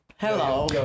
Hello